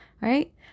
right